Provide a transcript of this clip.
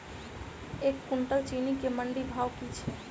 एक कुनटल चीनी केँ मंडी भाउ की छै?